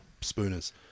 Spooners